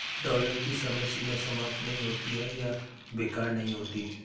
dollar की समय सीमा समाप्त नहीं होती है या बेकार नहीं होती है